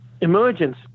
emergence